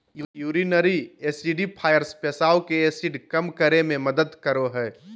urinary acidifiers पेशाब के acid कम करे मे मदद करो हय